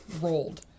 rolled